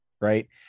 right